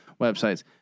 websites